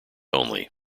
only